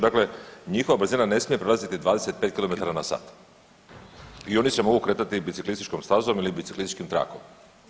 Dakle njihova brzina ne smije prelaziti 25 km/h i oni se mogu kretati biciklističkom stazom ili biciklističkim trakom.